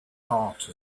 heart